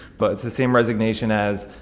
but it's the same resignation as,